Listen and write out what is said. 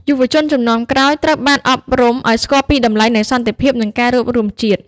យុវជនជំនាន់ក្រោយត្រូវបានអប់រំឱ្យស្គាល់ពីតម្លៃនៃសន្តិភាព និងការរួបរួមជាតិ។